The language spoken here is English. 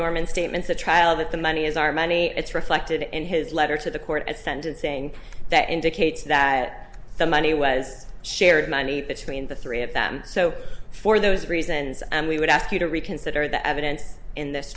norman statements the trial that the money is our money it's reflected in his letter to the court at sentencing that indicates that the money was shared ninety between the three at that and so for those reasons and we would ask you to reconsider the evidence in this